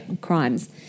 Crimes